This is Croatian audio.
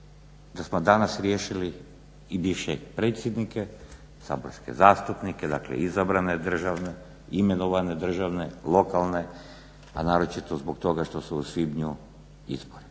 da smo danas riješili i bivše predsjednike, saborske zastupnike, dakle izabrane državne, imenovane državne, lokalne a naročito zbog toga što su u svibnju izbori.